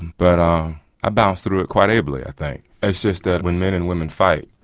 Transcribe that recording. but i ah bounce through it quite ably i think. it's just that when men and women fight,